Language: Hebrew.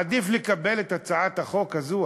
עדיף לקבל את הצעת החוק הזאת,